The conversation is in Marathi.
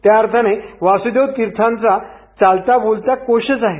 त्या अर्थाने वासुदेव तीर्थांचा चालताबोलता कोशच आहे